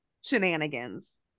shenanigans